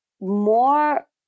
more